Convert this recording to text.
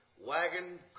Wagon